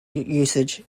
usage